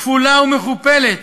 כפולה ומכופלת